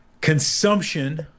Consumption